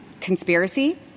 conspiracy